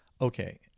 Okay